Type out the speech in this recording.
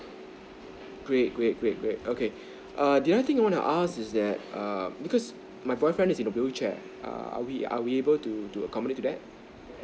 great great great great okay err the other thing I wanna ask is that err because my boyfriend is in the wheelchair err are we are we able to to accommodate to that